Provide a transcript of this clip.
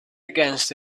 against